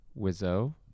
wizzo